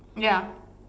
ya